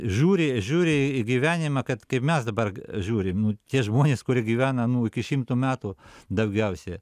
žiūri žiūri į gyvenimą kad kaip mes dabar žiūrim nu tie žmonės kurie gyvena nu iki šimto metų daugiausia